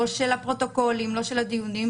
לא של הפרוטוקולים, לא של הדיונים,